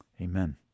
Amen